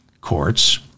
courts